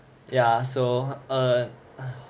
yeah so err